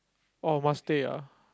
oh must stay ah